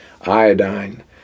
Iodine